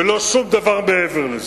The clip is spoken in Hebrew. זה לא שום דבר מעבר לזה.